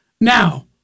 Now